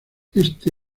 este